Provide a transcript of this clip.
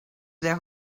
their